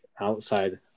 outside